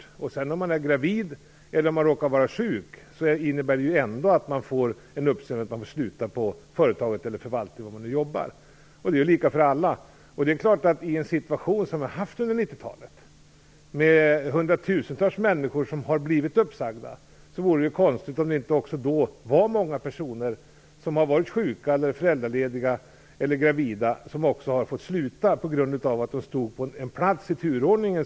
Om den som är sist anställd är gravid eller råkar vara sjuk får den personen ändå sluta på företaget, i förvaltningen eller var denna nu jobbar. Det är lika för alla. I en sådan situation som vi har haft på 90-talet då 100 000-tals människor har blivit uppsagda, vore det konstigt om inte flera personer som var sjuka, föräldralediga eller gravida blev uppsagda på grund av att det var deras tur i turordningen.